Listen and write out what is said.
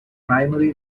primary